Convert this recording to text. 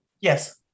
Yes